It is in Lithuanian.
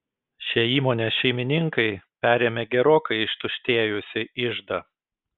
šie įmonės šeimininkai perėmė gerokai ištuštėjusį iždą